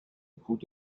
gut